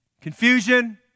confusion